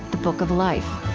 the book of life